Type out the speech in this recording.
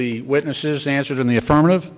the witnesses answered in the affirmative